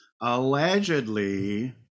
allegedly